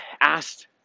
asked